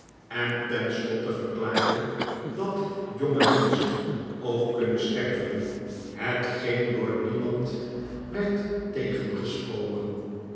en ten slotte verklaarde dat jonge menschen ook kunnen sterven hetgeen door niemand werd